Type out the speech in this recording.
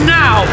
now